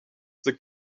the